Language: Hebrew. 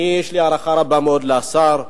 יש לי הערכה רבה מאוד לשר,